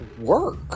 work